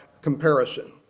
comparison